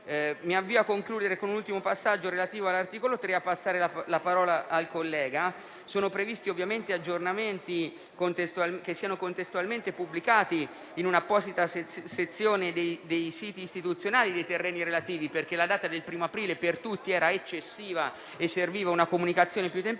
Mi avvio a concludere con un ultimo passaggio relativo all'articolo 3, prima passare la parola al collega. Sono previsti ovviamente aggiornamenti che siano contestualmente pubblicati in un'apposita sezione dei siti istituzionali dei terreni relativi, perché la data del 1° aprile per tutti era eccessiva e serviva una comunicazione più tempestiva.